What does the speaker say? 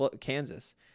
Kansas